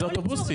זה אוטובוסים.